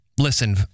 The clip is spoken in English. Listen